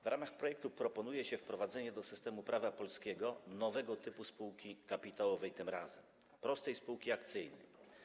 W ramach projektu proponuje się wprowadzenie do systemu prawa polskiego nowego typu spółki, kapitałowej tym razem: prostej spółki akcyjnej.